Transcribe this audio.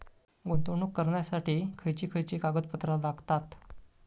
गुंतवणूक करण्यासाठी खयची खयची कागदपत्रा लागतात?